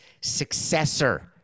successor